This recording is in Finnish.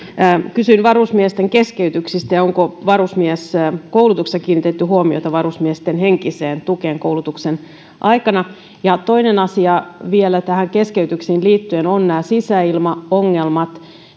kysyn varusmiesten keskeytyksistä onko varusmieskoulutuksessa kiinnitetty huomiota varusmiesten henkiseen tukeen koulutuksen aikana toinen asia vielä näihin keskeytyksiin liittyen on nämä sisäilmaongelmat